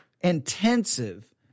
intensive